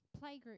playgroup